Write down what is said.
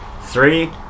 Three